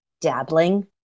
dabbling